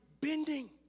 bending